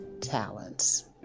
talents